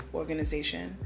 organization